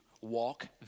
walk